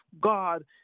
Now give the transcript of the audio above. God